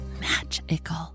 magical